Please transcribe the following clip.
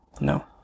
no